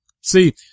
See